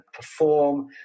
perform